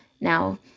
Now